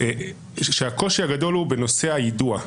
לכן אנחנו סברנו שהקושי הגדול הוא בנושא היידוע.